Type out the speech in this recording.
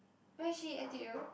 where is she N_T_U